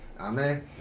Amen